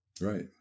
Right